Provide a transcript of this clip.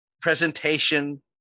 presentation